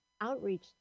outreach